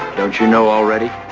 don't you know already?